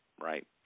right